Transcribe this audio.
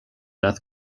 death